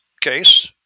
case